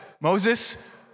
Moses